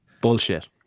Bullshit